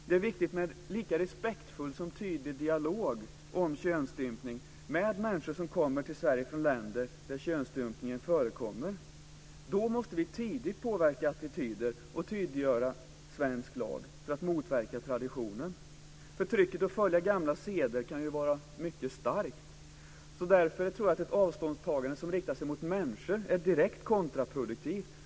Det är viktigt med en lika respektfull som tydlig dialog om könsstympning med människor som kommer till Sverige från länder där könsstympning förekommer. Då måste vi tidigt påverka attityder och tydliggöra svensk lag för att motverka traditionen. Trycket att följa gamla seder kan ju vara mycket starkt. Därför tror jag att ett avståndstagande som riktar sig mot människor är direkt kontraproduktivt.